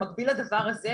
במקביל לדבר הזה,